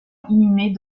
inhumée